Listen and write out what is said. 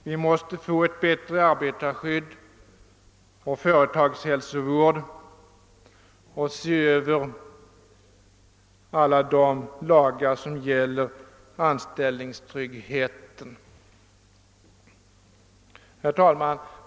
Vi måste få ett bättre arbetarskydd och en bättre företagshälsovård, och vi måste se över alla de lagar som gäller anställningstryggheten. Herr talman!